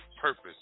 Purpose